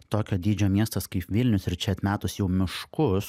tokio dydžio miestas kaip vilnius ir čia atmetus jau miškus